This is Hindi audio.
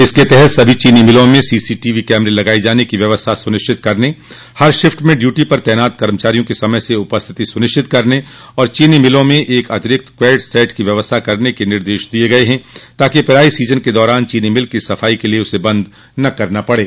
इनके तहत सभी चीनी मिलों में सीसी टीवी कैमरे लगाये जाने की व्यवस्था सुनिश्चित करने हर शिफ्ट में ड्यूटी पर तैनात कर्मचारियों की समय से उपस्थिति सुनिश्चित करने तथा चीनी मिलों में एक अतिरिक्त क्वैड सेट की व्यवस्था करने के निर्देश दिये गय है ताकि पेराई सीजन के दौरान चीनी मिल की सफाई के लिए उसे बंद न करना पड़े